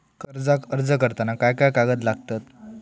कर्जाक अर्ज करताना काय काय कागद लागतत?